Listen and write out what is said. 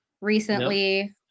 recently